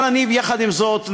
אבל יחד עם זאת,